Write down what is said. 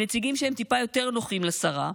נציגים שהם טיפה יותר נוחים לשרה,